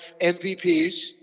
MVPs